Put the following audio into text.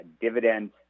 dividend